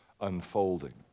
unfolding